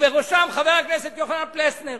ובראשם חבר הכנסת יוחנן פלסנר.